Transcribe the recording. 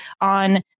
on